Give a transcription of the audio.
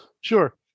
Sure